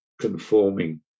conforming